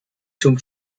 zum